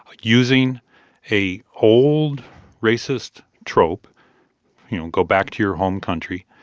like using a old racist trope you know, go back to your home country